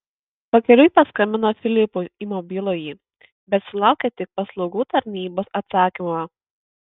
pakeliui paskambino filipui į mobilųjį bet sulaukė tik paslaugų tarnybos atsakymo